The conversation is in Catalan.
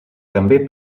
també